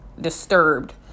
disturbed